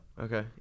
Okay